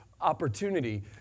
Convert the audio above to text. opportunity